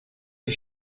die